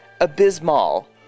Abysmal